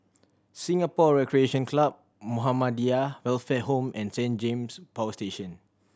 Singapore Recreation Club Muhammadiyah Welfare Home and Saint James Power Station